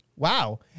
Wow